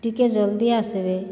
ଟିକିଏ ଜଲ୍ଦି ଆସ୍ବେ